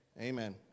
Amen